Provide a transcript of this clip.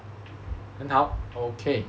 很好 okay